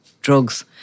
drugs